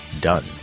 DONE